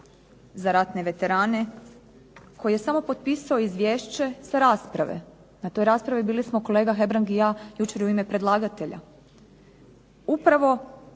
za ratne veterane koji je samo potpisao izvješće sa rasprave. Na toj raspravi smo bili kolega Hebrang i ja jučer u ime predlagatelja. Upravo